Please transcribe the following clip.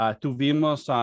Tuvimos